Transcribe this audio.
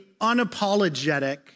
unapologetic